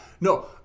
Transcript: no